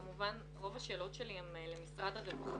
כמובן רוב השאלות שלי הן למשרד הרווחה.